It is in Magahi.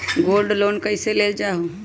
गोल्ड लोन कईसे लेल जाहु?